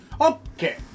Okay